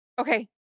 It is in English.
Okay